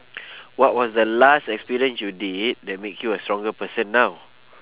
what was the last experience you did that make you a stronger person now